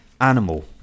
Animal